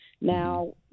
now